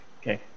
okay